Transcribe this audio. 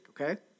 okay